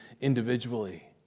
individually